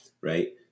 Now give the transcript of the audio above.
right